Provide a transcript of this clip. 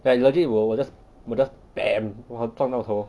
like legit 我我 just 我 just bam 我撞到头